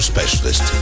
Specialist